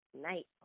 Night